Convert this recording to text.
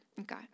Okay